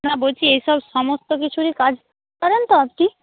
না বলছি এসব সমস্ত কিছুরই কাজ পারেন তো আপনি